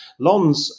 Lons